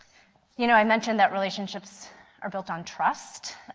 you know, i mentioned that relationships are built on trust.